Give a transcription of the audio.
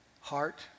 Heart